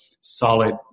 solid